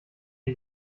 wir